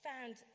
found